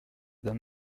d’un